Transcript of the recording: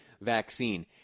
vaccine